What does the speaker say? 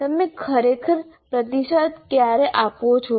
તમે ખરેખર પ્રતિસાદ ક્યારે આપો છો